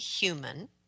human